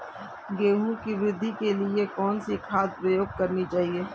गेहूँ की वृद्धि के लिए कौनसी खाद प्रयोग करनी चाहिए?